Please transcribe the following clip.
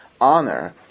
honor